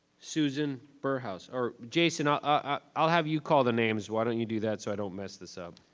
susan birdhouse, or jason i'll ah i'll have you call the names. why don't you do that so i don't mess this up.